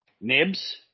Nibs